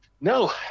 no